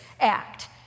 act